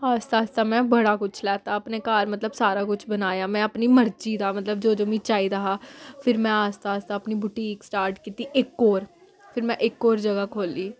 आस्ता आस्ता में बड़ा कुछ लैता अपने घर मतलब सारा कुछ बनाया में अपनी मर्जी दा मतलब जो जो मिगी चाहिदा हा फिर में आस्ता आस्ता अपनी बुटीक स्टार्ट कीती इक होर फिर में इक होर जगह् खोह्ली